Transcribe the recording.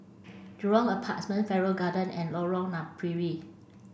Jurong Apartments Farrer Garden and Lorong Napiri